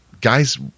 guys –